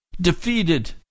defeated